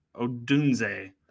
Odunze